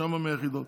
שם 100 יחידות.